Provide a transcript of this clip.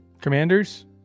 Commanders